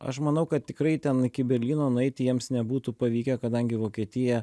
aš manau kad tikrai ten iki berlyno nueiti jiems nebūtų pavykę kadangi vokietija